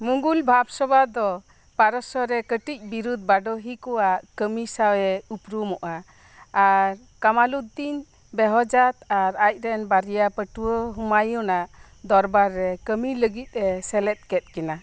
ᱢᱩᱜᱷᱚᱞ ᱵᱷᱟᱵᱽ ᱥᱚᱵᱷᱟ ᱫᱚ ᱯᱟᱨᱚᱥᱥᱚ ᱨᱮ ᱠᱟᱹᱴᱤᱡ ᱵᱤᱨᱩᱫᱷ ᱵᱟᱰᱳᱦᱤ ᱠᱚᱣᱟᱜ ᱠᱟᱹᱢᱤ ᱥᱟᱶ ᱮ ᱩᱯᱨᱩᱢᱚᱜᱼᱟ ᱟᱨ ᱠᱟᱢᱟᱞᱩᱫᱽᱫᱤᱱ ᱵᱮᱦᱚᱡᱟᱛ ᱟᱨ ᱟᱡᱨᱮᱱ ᱵᱟᱨᱭᱟ ᱯᱟᱹᱴᱷᱩᱣᱟᱹ ᱦᱩᱢᱟᱭᱩᱱ ᱟᱜ ᱫᱚᱨᱵᱟᱨ ᱨᱮ ᱠᱟᱹᱢᱤ ᱞᱟᱹᱜᱤᱫ ᱮ ᱥᱮᱞᱮᱫ ᱠᱮᱫ ᱠᱤᱱᱟ